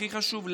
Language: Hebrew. הכי חשוב,